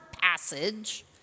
passage